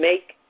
Make